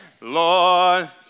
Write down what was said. Lord